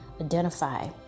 identify